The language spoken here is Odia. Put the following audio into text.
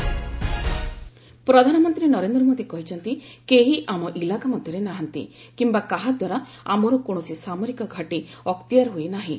ପିଏମ୍ ଅଲ୍ ପାର୍ଟି ମିଟିଂ ପ୍ରଧାନମନ୍ତ୍ରୀ ନରେନ୍ଦ୍ର ମୋଦି କହିଛନ୍ତି କେହି ଆମ ଇଲାକା ମଧ୍ୟରେ ନାହାନ୍ତି କିମ୍ବା କାହାଦ୍ୱାରା ଆମର କୌଣସି ସାମରିକ ଘାଟୀ ଅକ୍ତିଆର ହୋଇନାହିଁ